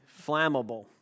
flammable